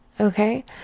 Okay